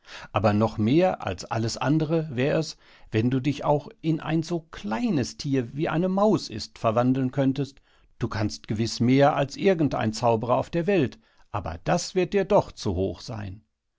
aber noch mehr als alles andere wär es wenn du dich auch in ein so kleines thier wie eine maus ist verwandeln könntest du kannst gewiß mehr als irgend ein zauberer auf der welt aber das wird dir doch zu hoch seyn